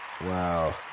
Wow